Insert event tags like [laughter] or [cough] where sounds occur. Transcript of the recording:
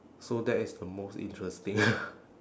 so that is the most interesting [noise]